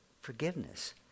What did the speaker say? forgiveness